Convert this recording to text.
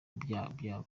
bwabyo